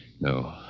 no